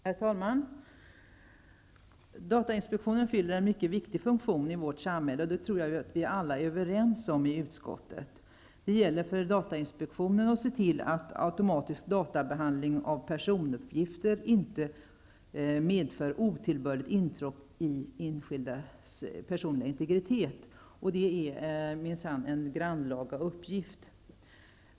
Herr talman! Datainspektionen fyller en mycket viktig funktion i vårt samhälle. Det tror jag att alla i utskottet är överens om. Det gäller för datainspektionen att se till att automatisk databehandling av personuppgifter inte medför otillbörligt intrång i enskildas personliga integritet, och det är en grannlaga uppgift.